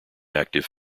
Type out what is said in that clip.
active